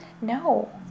No